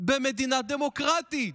במדינה דמוקרטית.